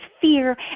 fear